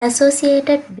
associated